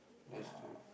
that's true